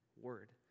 Word